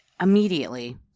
Immediately